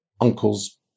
uncles